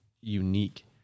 unique